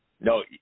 No